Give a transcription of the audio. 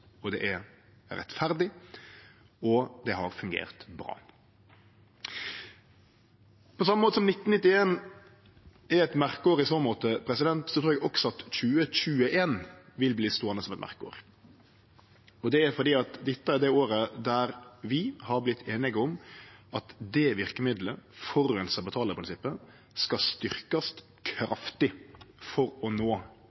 det er rettferdig, og det har fungert bra. På same måten som 1991 er eit merkeår i så måte, trur eg også at 2021 vil verte ståande som eit merkeår. Det er fordi dette er det året der vi har vorte einige om at det verkemiddelet, forureinar-betaler-prinsippet, skal verte styrkt kraftig for